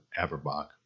Averbach